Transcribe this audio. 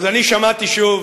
שמעתי שוב,